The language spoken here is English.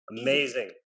Amazing